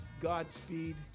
Godspeed